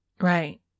Right